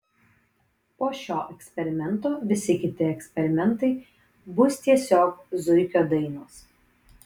po šio eksperimento visi kiti eksperimentai bus tiesiog zuikio dainos